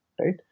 right